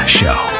show